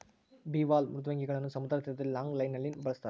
bivalve ಮೃದ್ವಂಗಿಗಳನ್ನು ಸಮುದ್ರ ತೀರದಲ್ಲಿ ಲಾಂಗ್ ಲೈನ್ ನಲ್ಲಿ ಬೆಳಸ್ತರ